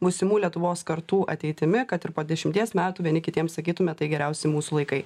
būsimų lietuvos kartų ateitimi kad ir po dešimties metų vieni kitiems sakytume tai geriausi mūsų laikai